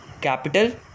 Capital